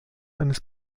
eines